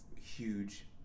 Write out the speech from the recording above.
huge